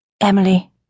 Emily